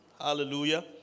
hallelujah